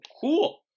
cool